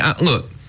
Look